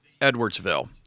Edwardsville